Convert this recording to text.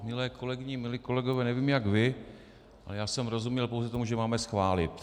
Milé kolegyně, milí kolegové, nevím, jak vy, ale já jsem rozuměl pouze tomu, že máme schválit.